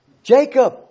Jacob